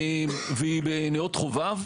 בנאות חובב.